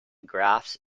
graphs